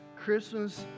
Christmas